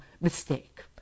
mistake